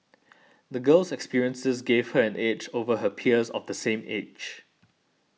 the girl's experiences gave her an edge over her peers of the same age